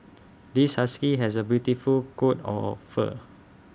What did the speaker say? this husky has A beautiful coat of fur